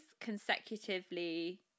consecutively